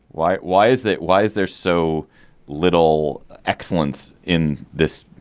why. why is that why is there so little excellence in this.